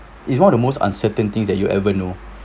it's one of the most uncertain things that you ever know